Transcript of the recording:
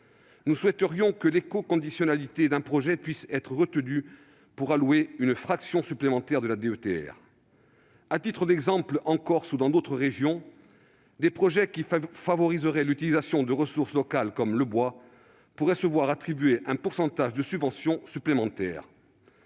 nous souhaiterions que l'écoconditionnalité d'un projet puisse être retenue pour allouer une fraction supplémentaire de dotation. À titre d'exemple, en Corse ou dans d'autres régions, les projets qui favoriseraient l'utilisation des ressources locales, comme le bois, pourraient se voir attribuer un pourcentage de subvention supplémentaire.